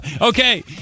Okay